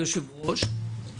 אדוני היושב-ראש,